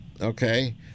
okay